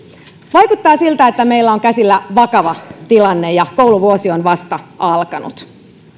vaikuttaa siltä että meillä on käsillä vakava tilanne ja kouluvuosi on vasta alkanut